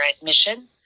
admission